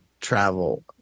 travel